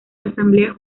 asambleas